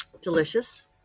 delicious